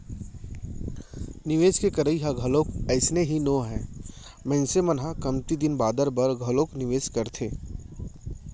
निवेस के करई ह घलोक अइसने ही नोहय मनसे मन ह कमती दिन बादर बर घलोक निवेस करथे